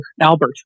Albert